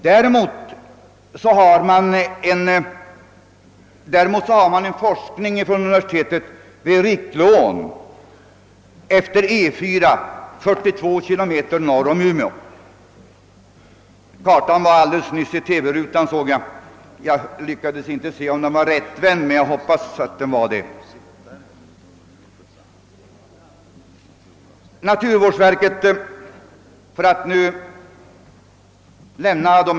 Däremot har universitetet forskningsverksamhet i gång i Rickleån, 42 kilometer norr om Umeå utefter E4.